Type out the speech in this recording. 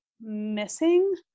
missing